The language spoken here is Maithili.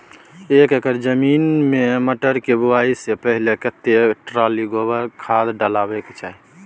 एक एकर जमीन में मटर के बुआई स पहिले केतना ट्रॉली गोबर खाद डालबै के चाही?